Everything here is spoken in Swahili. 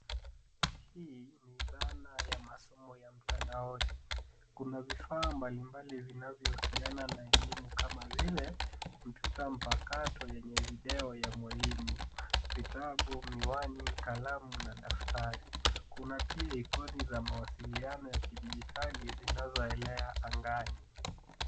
Hii ni dhana ya masomo ya mtandaoni. Kuna vifaa mbalimbali vinavyohusiana na elimu kama vile kompyuta mpakato yenye video ya mwalimu, vitabu, miwani, kalamu, na daftari. Kuna pia ikoni za mawasiliano ya kidijitali zinazoelea angani.